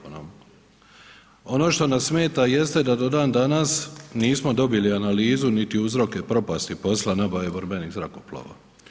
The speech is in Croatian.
Ono što nas smeta jeste da do dan danas nismo dobili analizu niti uzroke propasti posla nabave borbenih zrakoplova.